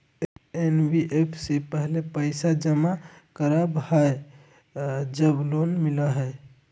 NBFC पहले पईसा जमा करवहई जब लोन मिलहई?